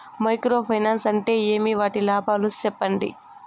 Micro finance అంటే ఏమి? వాటి లాభాలు సెప్పండి?